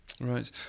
Right